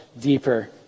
deeper